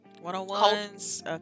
one-on-ones